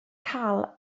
cael